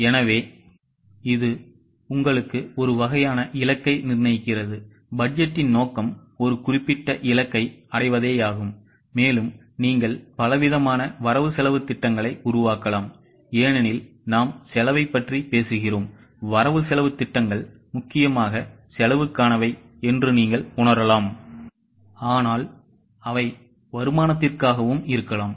எனவே இது உங்களுக்கு ஒரு வகையான இலக்கை நிர்ணயிக்கிறது பட்ஜெட்டின் நோக்கம் ஒரு குறிப்பிட்ட இலக்கை அடைவதேயாகும் மேலும் நீங்கள் பலவிதமான வரவு செலவுத் திட்டங்களை உருவாக்கலாம் ஏனெனில் நாம் செலவைப் பற்றி பேசுகிறோம் வரவு செலவுத் திட்டங்கள் முக்கியமாக செலவுக்கானவை என்று நீங்கள் உணரலாம் ஆனால் அவை வருமானத்திற்காகவும் இருக்கலாம்